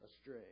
astray